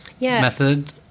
method